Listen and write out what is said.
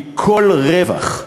כי כל רווח,